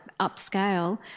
upscale